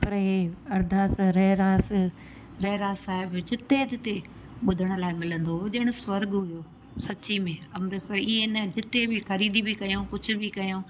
अप्र हे अरदास रहरास रहरास साहिब जिते तिते ॿुधण लाइ मिलंदो हुओ ॼण हुओ सची में अमृतसर ईअं न जिते बि ख़रीदी बि कयूं कुझ बि कयूं